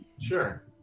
Sure